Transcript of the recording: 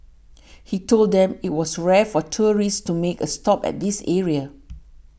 he told them it was rare for tourists to make a stop at this area